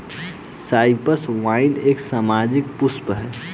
Cyprus vine एक सजावटी पुष्प है